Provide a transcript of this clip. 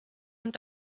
und